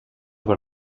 per